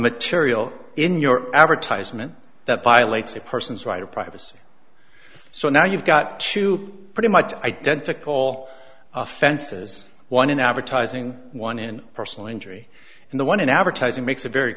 material in your advertisement that violates a person's right of privacy so now you've got to pretty much identical fences one in advertising one in personal injury and the one in advertising makes it very